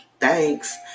Thanks